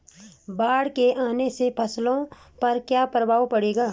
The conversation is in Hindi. बाढ़ के आने से फसलों पर क्या प्रभाव पड़ेगा?